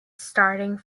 starting